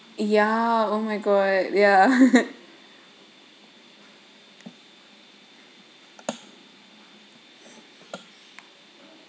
ya oh my god ya